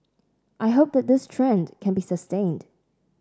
I hope that this trend can be sustained